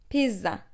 Pizza